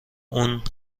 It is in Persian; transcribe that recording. اون